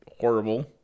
horrible